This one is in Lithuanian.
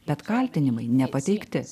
bet kaltinimai nepateikti